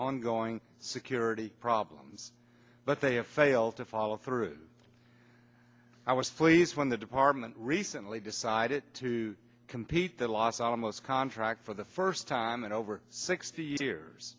ongoing security problems but they have failed to follow through i was pleased when the department recently decided to compete the los alamos contract for the first time that over sixty years